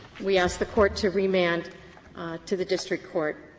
we ask the court to remand to the district court,